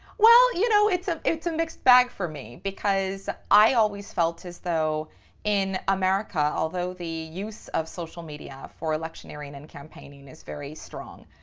well, you know, it's a, it's a mixed bag for me because i always felt as though in america, although the use of social media for electioneering and campaigning is very strong,